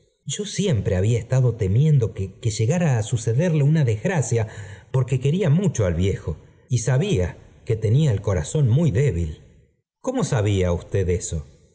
yo siernpíe había estado temiendo que llegara á sucedería una desgracia porque quería mucho al viejo y sabía que tenfa el corazón muy débil cómo sabía usted cao